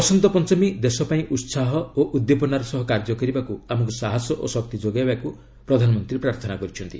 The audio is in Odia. ବସନ୍ତ ପଞ୍ଚମୀ ଦେଶପାଇଁ ଉତ୍ପାହ ଓ ଉଦ୍ଦୀପନାର ସହ କାର୍ଯ୍ୟ କରିବାକୁ ଆମକୁ ସାହସ ଓ ଶକ୍ତି ଯୋଗାଇବାକୁ ପ୍ରଧାନମନ୍ତ୍ରୀ ପ୍ରାର୍ଥନା କରିଛନ୍ତି